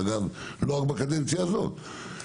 ואגב לא רק בקדנציה הזאת,